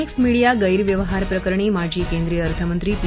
x Media गैरव्यवहार प्रकरणी माजी केंद्रीय अर्थमंत्री पी